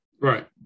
right